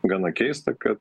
gana keista kad